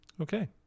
Okay